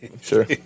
Sure